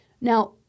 Now